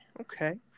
Okay